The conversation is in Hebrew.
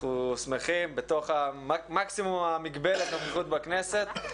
אנחנו שמחים בתוך מקסימום מגבלת הנוכחות בכנסת.